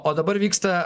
o dabar vyksta